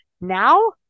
Now